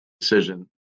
decision